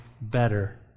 better